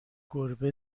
گربه